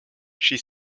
she